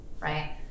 right